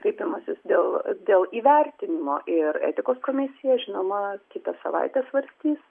kreipimasis dėl dėl įvertinimo ir etikos komisija žinoma kitą savaitę svarstys